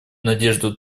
надежду